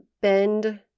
bend